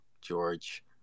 George